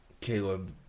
Caleb